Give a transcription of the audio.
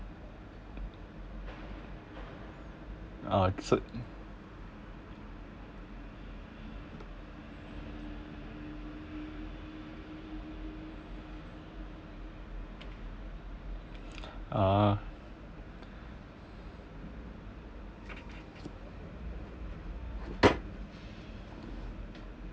ah so ah